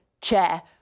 chair